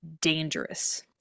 dangerous